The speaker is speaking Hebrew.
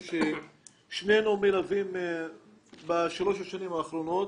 ששנינו מלווים בשלוש השנים האחרונות.